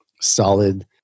solid